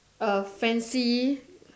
uh fancy